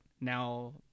now